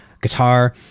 guitar